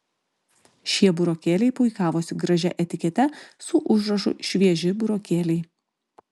šie burokėliai puikavosi gražia etikete su užrašu švieži burokėliai